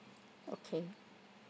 okay